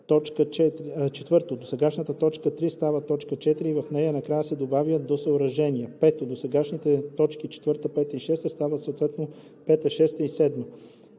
4. Досегашната т. 3 става т. 4 и в нея накрая се добавя „до съоръжения“. 5. Досегашните т. 4, 5 и 6 стават съответно т. 5, 6 и 7.